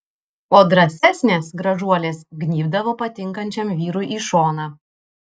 o drąsesnės gražuolės gnybdavo patinkančiam vyrui į šoną